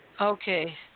Okay